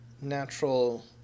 natural